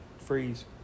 freeze